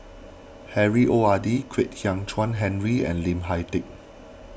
Harry Ord Kwek Hian Chuan Henry and Lim Hak Tai